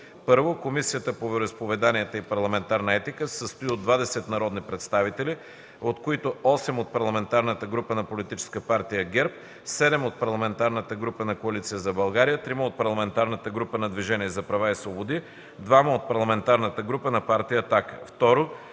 1. Комисията по вероизповеданията и парламентарна етика се състои от 20 народни представители, от които 8 от Парламентарната група на Политическа партия ГЕРБ, 7 от Парламентарната група на Коалиция за България, 3 от Парламентарната група на Движението за права и свободи, 2 от Парламентарната група на Партия